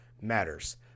matters